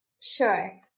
Sure